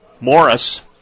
Morris